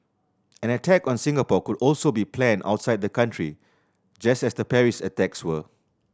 an attack on Singapore could also be planned outside the country just as the Paris attacks were